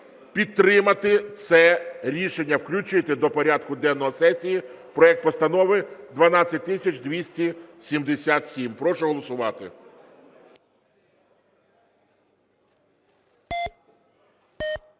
підтримати це рішення, включити до порядку денного сесії проект Постанови 12277. Прошу голосувати.